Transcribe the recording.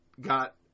got